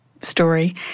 story